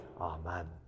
Amen